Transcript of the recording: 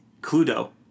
Cluedo